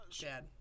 Dad